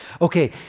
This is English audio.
Okay